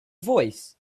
voice